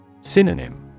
Synonym